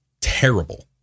terrible